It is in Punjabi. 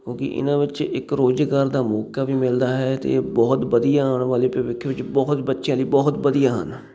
ਕਿਉਂਕਿ ਇਹਨਾਂ ਵਿੱਚ ਇੱਕ ਰੁਜ਼ਗਾਰ ਦਾ ਮੌਕਾ ਵੀ ਮਿਲਦਾ ਹੈ ਅਤੇ ਬਹੁਤ ਵਧੀਆ ਆਉਣ ਵਾਲੇ ਭਵਿੱਖ ਵਿੱਚ ਬਹੁਤ ਬੱਚਿਆਂ ਲਈ ਬਹੁਤ ਵਧੀਆ ਹਨ